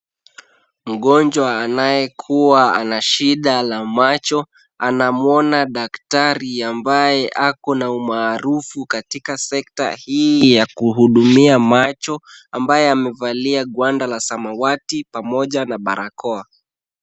Mgonjwa anayekuwa ana shida la macho, anamuona daktari ambaye ako na umaarufu katika sekta hii ya kuhudumia macho, ambaye amevalia ngwanda la samawati pamoja na barakoa.